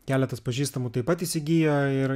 keletas pažįstamų taip pat įsigijo ir